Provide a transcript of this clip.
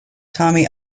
tommy